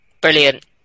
Brilliant